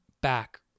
back